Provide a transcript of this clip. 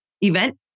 event